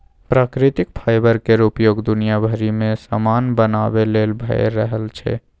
प्राकृतिक फाईबर केर उपयोग दुनिया भरि मे समान बनाबे लेल भए रहल छै